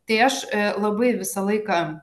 tai aš labai visą laiką